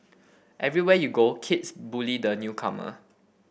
everywhere you go kids bully the newcomer